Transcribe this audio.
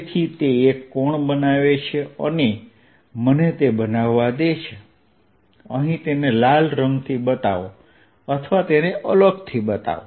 તેથી તે એક કોણ બનાવે છે અને મને તે બનાવવા દે છે અહીં તેને લાલ રંગથી બતાવો અથવા તેને અલગથી બતાવો